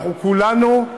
אנחנו כולנו,